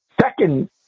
second